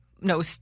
No